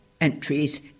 entries